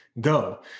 Go